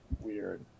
weird